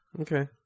Okay